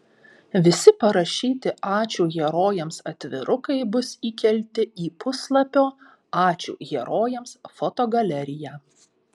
visi parašyti ačiū herojams atvirukai bus įkelti į puslapio ačiū herojams fotogaleriją